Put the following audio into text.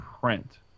print